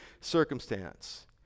circumstance